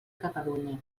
catalunya